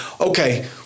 okay